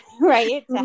right